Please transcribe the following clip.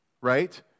right